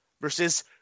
Versus